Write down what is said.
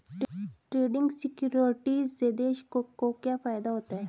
Trading securities से देश को क्या फायदा होता है?